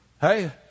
Hey